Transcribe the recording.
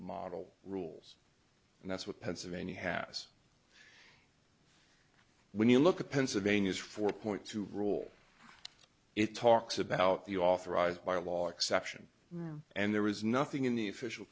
model rules and that's what pennsylvania has when you look at pennsylvania's four point two rule it talks about the authorized by law exception and there was nothing in the official